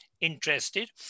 interested